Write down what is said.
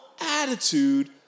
attitude